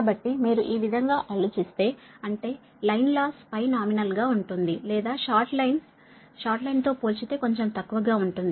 కాబట్టి మీరు ఈ విధంగా ఆలోచిస్తే అంటే లైన్ లాస్ నామినల్ గా ఉంటుంది లేదా షార్ట్ లైన్ షార్ట్ లైన్ తో పోల్చితే కొంచెం తక్కువగా ఉంటుంది